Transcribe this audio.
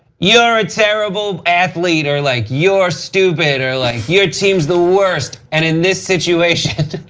you're a terrible athlete, or like, you're stupid, or, like your teams the worst. and in this situation,